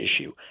issue